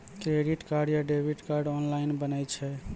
Credit card या debit card online बनै छै?